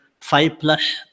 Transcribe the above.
five-plus